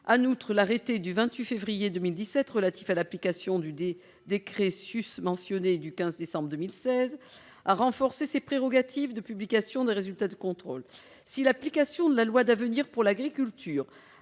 En outre, l'arrêté du 28 février 2017, relatif aux modalités d'application du décret susmentionné, a renforcé ces prérogatives de publication des résultats de contrôle. Si l'application de la loi d'avenir pour l'agriculture,